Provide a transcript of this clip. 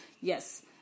yes